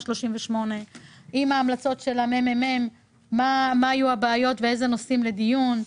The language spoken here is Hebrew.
38 שבו מפורטות המלצות וכן נושאים לדיון,